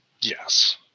Yes